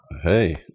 Hey